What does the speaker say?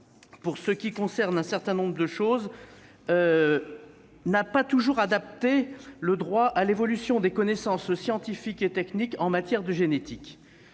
pour ce qui concerne un certain nombre de dispositions, n'a pas toujours adapté le droit à l'évolution des connaissances scientifiques et techniques en matière de génétique.